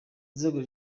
inzego